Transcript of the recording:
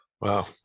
Wow